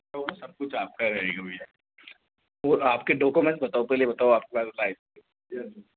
सब कुछ आपका रहेगा भैया वो आपके डॉक्यूमेंट्स बताओ पहले ये बताओ आपके पास लाइसेंस